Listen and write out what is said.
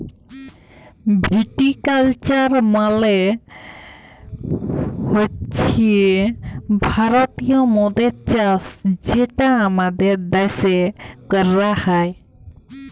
ভিটি culture মালে হছে ভারতীয় মদের চাষ যেটা আমাদের দ্যাশে ক্যরা হ্যয়